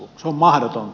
se on mahdotonta